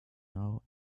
now